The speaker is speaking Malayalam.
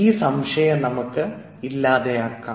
ഈ സംശയം നമുക്ക് ഇല്ലാതാക്കാം